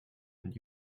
and